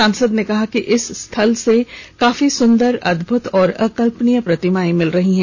सांसद ने कहा कि इस स्थल से काफी सुंदर अद्भुत और अकल्पनीय प्रतिमाएं मिल रही हैं